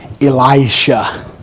Elisha